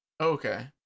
Okay